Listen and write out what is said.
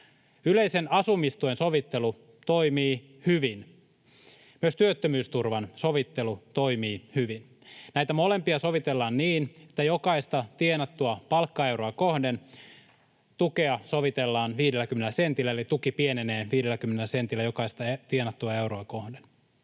Yleisen asumistuen sovittelu toimii hyvin. Myös työttömyysturvan sovittelu toimii hyvin. Näitä molempia sovitellaan niin, että jokaista tienattua palkkaeuroa kohden tukea sovitellaan 50 sentillä, eli tuki pienenee 50 sentillä jokaista tienattua euroa kohden.